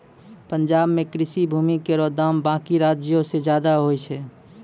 पंजाब म कृषि भूमि केरो दाम बाकी राज्यो सें जादे होय छै